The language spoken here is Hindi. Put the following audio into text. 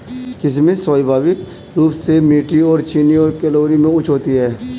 किशमिश स्वाभाविक रूप से मीठी और चीनी और कैलोरी में उच्च होती है